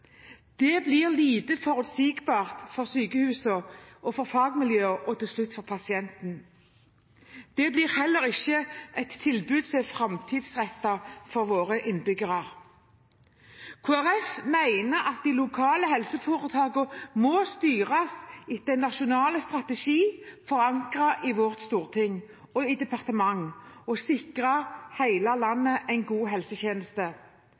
Det blir lite forutsigbart for sykehusene, for fagmiljøene og til slutt for pasientene. Da blir heller ikke tilbudet framtidsrettet for våre innbyggere. Kristelig Folkeparti mener at de lokale helseforetakene må styres etter en nasjonal strategi, forankret i vårt storting og departement, som sikrer hele landet en god helsetjeneste.